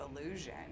illusion